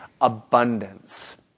abundance